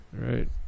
right